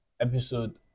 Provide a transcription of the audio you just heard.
episode